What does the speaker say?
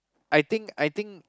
I think I think